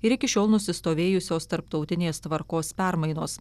ir iki šiol nusistovėjusios tarptautinės tvarkos permainos